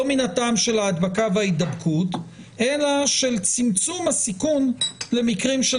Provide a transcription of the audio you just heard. לא מן הטעם של ההדבקה וההידבקות אלא של צמצום הסיכון למקרים של